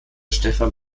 stefan